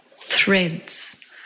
threads